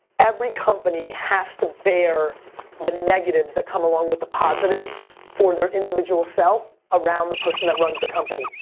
every company has to bear the negatives that come along with the positives for their individual self around the person that runs the company.